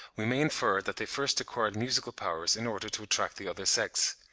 we may infer that they first acquired musical powers in order to attract the other sex.